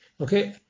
okay